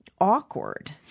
awkward